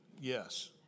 yes